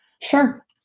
Sure